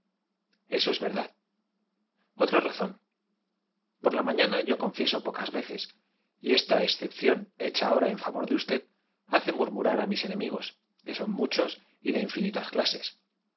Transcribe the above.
eso es verdad otra razón por la mañana yo confieso pocas veces y esta excepción hecha ahora en favor de usted hace murmurar a mis enemigos que son muchos y de infinitas clases